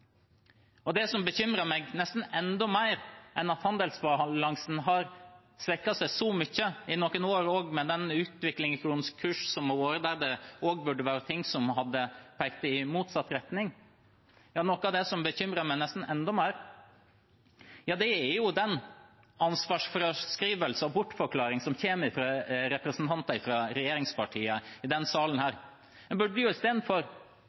det som bekymrer meg nesten enda mer enn at handelsbalansen har svekket seg så mye, i noen år også med den utviklingen i kronekursen som har vært, der det burde vært ting som hadde pekt i motsatt retning, er den ansvarsfraskrivelsen og bortforklaringen som kommer fra representanter fra regjeringspartiene i denne salen. En burde istedenfor ha et alvor over seg og